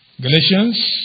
Galatians